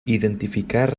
identificar